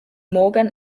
morgan